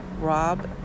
rob